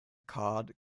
card